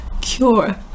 cure